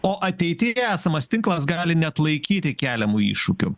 o ateityje esamas tinklas gali neatlaikyti keliamų iššūkių